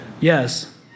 Yes